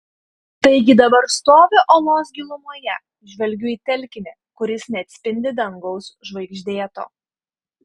taigi dabar stoviu olos gilumoje žvelgiu į telkinį kuris neatspindi dangaus žvaigždėto